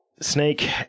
Snake